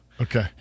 Okay